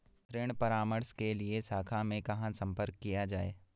ऋण परामर्श के लिए शाखा में कहाँ संपर्क किया जाए?